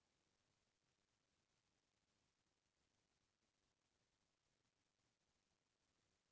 मोला अपन ATM card म पिन नंबर डलवाना हे कइसे होही बतावव?